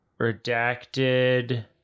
redacted